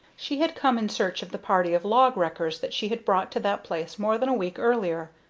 she had come in search of the party of log-wreckers that she had brought to that place more than a week earlier,